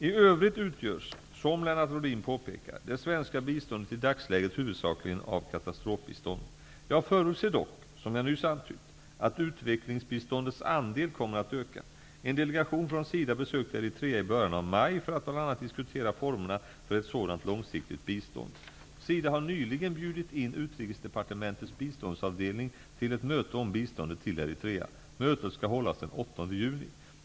I övrigt utgörs, som Lennart Rohdin påpekar, det svenska biståndet i dagsläget huvudsakligen av katastrofbistånd. Jag förutser dock, som jag nyss antytt, att utvecklingsbiståndets andel kommer att öka. En delegation från SIDA besökte Eritrea i början av maj för att bl.a. diskutera formerna för ett sådant långsiktigt bistånd. SIDA har nyligen bjudit in Utrikesdepartementets biståndsavdelning till ett möte om biståndet till Eritrea. Mötet skall hållas den 8 juni.